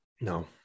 no